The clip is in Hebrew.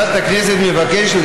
חברת הכנסת מבקשת,